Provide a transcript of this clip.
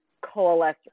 coalesce